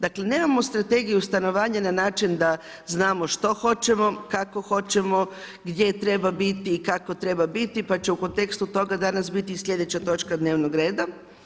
Dakle, nemamo strategiju stanovanja na način da znamo što hoćemo, kako hoćemo, gdje treba biti i kako treba biti, pa će u kontekstu toga danas biti i slijedeća točka dnevnog reda.